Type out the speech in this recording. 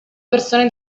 persone